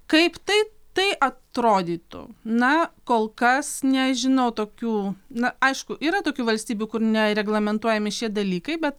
kaip tai tai atrodytų na kol kas nežinau tokių na aišku yra tokių valstybių kur nereglamentuojami šie dalykai bet